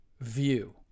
view